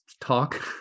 talk